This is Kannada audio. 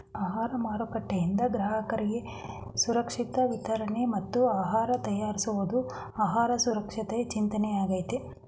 ಆಹಾರ ಮಾರುಕಟ್ಟೆಯಿಂದ ಗ್ರಾಹಕರಿಗೆ ಸುರಕ್ಷಿತ ವಿತರಣೆ ಮತ್ತು ಆಹಾರ ತಯಾರಿಸುವುದು ಆಹಾರ ಸುರಕ್ಷತೆಯ ಚಿಂತನೆಯಾಗಯ್ತೆ